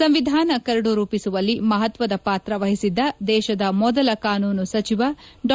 ಸಂವಿಧಾನ ಕರದು ರೂಪಿಸುವಲ್ಲಿ ಮಹತ್ವದ ಪಾತ್ರ ವಹಿಸಿದ್ದ ದೇಶದ ಮೊದಲ ಕಾನೂನು ಸಚಿವ ಡಾ